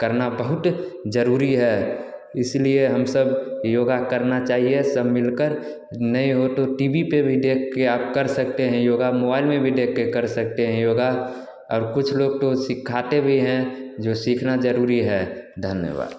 करना बहुत ज़रूरी है इसलिए हम सब योगा करना चाहिए सब मिलकर नहीं हो तो टीवी पर भी देख कर आप कर सकते हैं योगा मोबाइल में भी देख कर कर सकते हैं योगा और कुछ लोग तो सिखाते भी हैं जो सीखना ज़रूरी है धन्यवाद